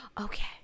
Okay